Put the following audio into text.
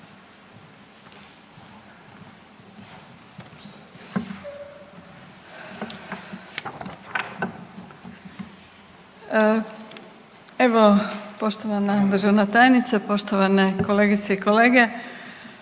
Evo poštovana državna tajnice, poštovane kolegice i kolege.